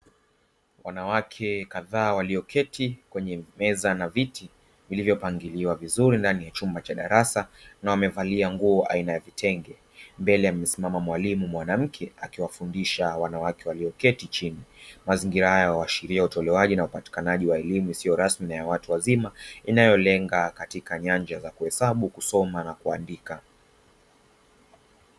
Wanawake kadhaa walioketi kwenye meza na viti, vilivyopangiliwa vizuri ndani ya chumba cha darasa na wamevalia nguo aina ya vitenge. Mbele amesimama mwalimu mwanamke akiwafundisha wanawake walioketi chini. Mazingira haya huashiria upatikanaji na utolewaji wa elimu isio rasmi na ya watu wazima, inayolenga katika nyanja za kuhesabu, kusoma na kuandika.